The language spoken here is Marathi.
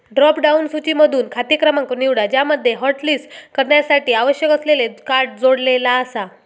ड्रॉप डाउन सूचीमधसून खाते क्रमांक निवडा ज्यामध्ये हॉटलिस्ट करण्यासाठी आवश्यक असलेले कार्ड जोडलेला आसा